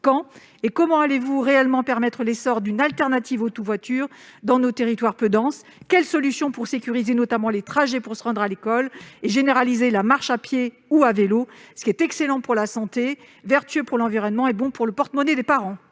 quand et comment allez-vous réellement permettre l'essor d'une solution alternative au « tout-voiture » dans nos territoires peu denses ? Quelles solutions envisagez-vous pour sécuriser, notamment, les trajets pour se rendre à l'école et généraliser la marche à pied ou la circulation à vélo, ce qui est excellent pour la santé, vertueux pour l'environnement et bon pour le porte-monnaie des parents